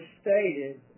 stated